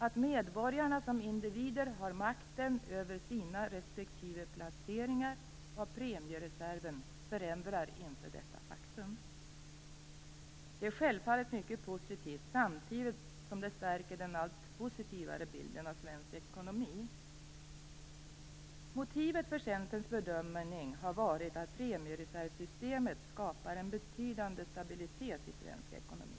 Att medborgarna som individer har makten över sina respektive placeringar av premiereserven förändrar inte detta faktum. Detta är självfallet mycket positivt samtidigt som det stärker den allt positivare bilden av svensk ekonomi. Motivet för Centerns bedömning har varit att premiereservsystemet skapar en betydande stabilitet i svensk ekonomi.